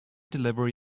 delivery